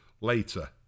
later